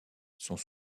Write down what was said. sont